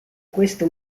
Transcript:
questa